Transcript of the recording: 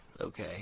okay